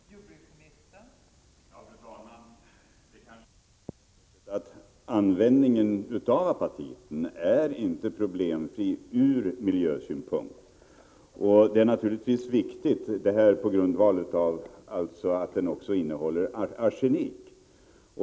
Fru talman! Det kanske är på det sättet att användningen av apatiten inte är problemfri ur miljösynpunkt. Detta är naturligtvis viktigt, på grund av att apatiten också innehåller arsenik.